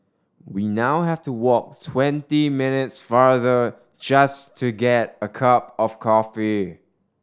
we now have to walk twenty minutes farther just to get a cup of coffee